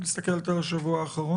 אם את מסתכלת על כל השבוע האחרון?